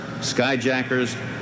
skyjackers